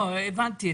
לא, הבנתי.